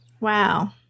Wow